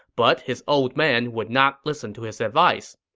but his old man would not listen to his advice.